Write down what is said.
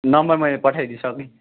number मैले पठाई दिसकेँ